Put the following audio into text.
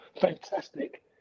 fantastic